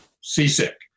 seasick